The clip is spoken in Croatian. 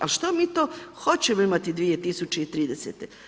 Ali što mi to hoćemo imati 2030.